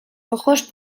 rojos